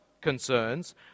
concerns